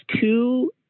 two